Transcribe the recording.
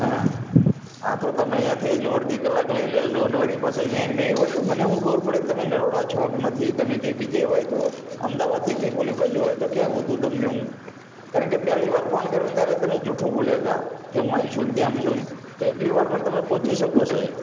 હા આ તો તમે ત્યાંથી હજુ અડધી કલાક લઈ લ્યો છો વળી પાછા ત્યાં નહીં હોય તો મને શું ખબર પડે તમે નરોડા છો કે નથી તમે ક્યાંક બીજે હોય તો અમદાવાદથી ક્યાંક ઓલી બાજું હોય તો ક્યાં ગોતું તમને કારણ કે પહેલી વાર ફોન કર્યો ત્યારે તમે જુઠ્ઠું બોલ્યા હતા કે હું અહીં છું ને તેમ છું ને તો એટલી વારમાં તમે પહોંચી શકો સાહેબ